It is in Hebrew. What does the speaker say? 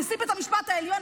נשיא בית המשפט העליון,